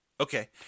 Okay